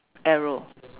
arrow